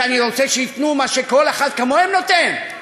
שאני רוצה שייתנו מה שכל אחד כמוהם נותן.